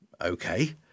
Okay